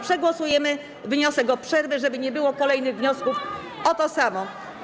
przegłosujemy wniosek o przerwę, żeby nie było kolejnych wniosków o to samo.